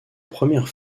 première